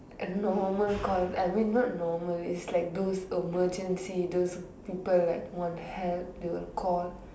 normal call I mean not normal is like those emergency those people like want help they will call